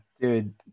Dude